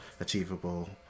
achievable